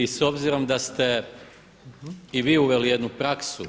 I s obzirom da ste i vi uveli jednu praksu